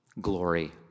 glory